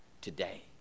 today